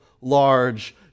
large